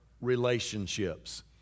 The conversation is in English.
relationships